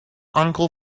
uncle